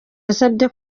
yasabye